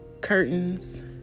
curtains